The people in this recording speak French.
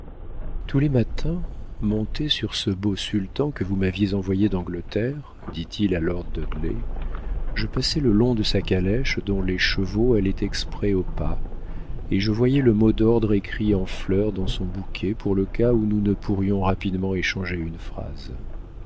tous les matins monté sur ce beau sultan que vous m'aviez envoyé d'angleterre dit-il à lord dudley je passais le long de sa calèche dont les chevaux allaient exprès au pas et je voyais le mot d'ordre écrit en fleurs dans son bouquet pour le cas où nous ne pourrions rapidement échanger une phrase